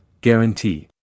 guarantee